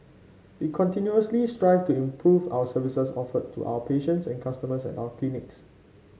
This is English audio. we continuously strive to improve our services offered to our patients and customers at our clinics